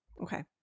Okay